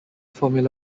formula